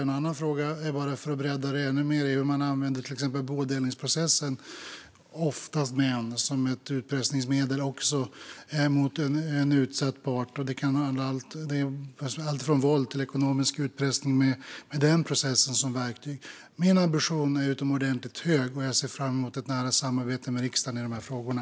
En annan fråga - för att bredda resonemanget mer - är om man använder till exempel bodelningsprocessen som ett utpressningsmedel mot en utsatt part. Det kan handla om alltifrån våld till ekonomisk utpressning med den processen som verktyg. Min ambition är utomordentligt hög, och jag ser fram emot ett nära samarbete med riksdagen i de här frågorna.